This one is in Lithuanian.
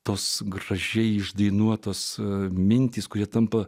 tos gražiai išdainuotos mintys kurie tampa